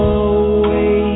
away